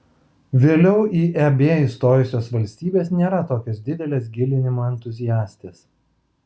vėliau į eb įstojusios valstybės nėra tokios didelės gilinimo entuziastės